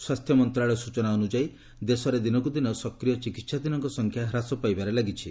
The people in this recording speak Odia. ସ୍ୱାସ୍ଥ୍ୟ ମନ୍ତ୍ରଣାଳୟ ସ୍ବଚନା ଅନୁଯାୟୀ ଦେଶରେ ଦିନକୁ ଦିନ ସକ୍ରିୟ ଚିକିତ୍ସାଧୀନଙ୍କ ସଂଖ୍ୟା ହ୍ରାସ ପାଇବାରେ ଲାଗିଛି